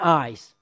eyes